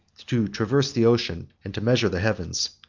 to traverse the ocean and to measure the heavens.